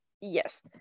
Yes